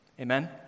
Amen